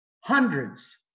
hundreds